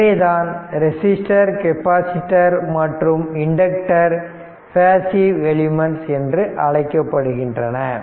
எனவேதான் resistor capacitor மற்றும் inductor passive elements என்று அழைக்கப்படுகின்றன